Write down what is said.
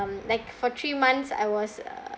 like for three months I was uh